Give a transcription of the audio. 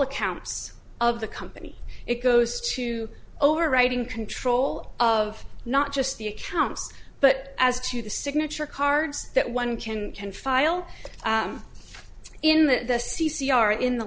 accounts of the company it goes to overriding control of not just the accounts but as to the signature cards that one can can file in the c c r in the